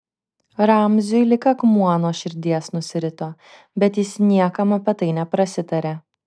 ramziui lyg akmuo nuo širdies nusirito bet jis niekam apie tai neprasitarė